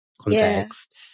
context